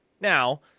now